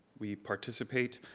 we participate